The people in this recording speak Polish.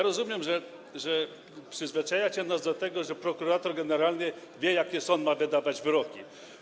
Rozumiem, że przyzwyczajacie nas do tego, że prokurator generalny wie, jakie sąd ma wydawać wyroki.